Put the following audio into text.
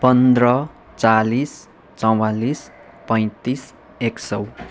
पन्ध्र चालिस चौवालिस पैँतिस एक सय